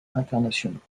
internationaux